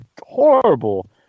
horrible